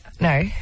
No